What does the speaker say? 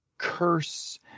curse